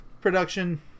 production